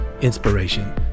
inspiration